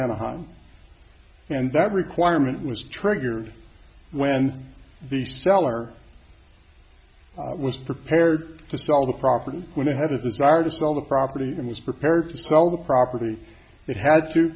anaheim and that requirement was triggered when the seller was prepared to sell the property when to have a desire to sell the property and was prepared to sell the property that had to